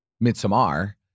Midsummer